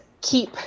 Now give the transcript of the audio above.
keep